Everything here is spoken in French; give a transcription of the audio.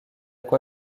quoi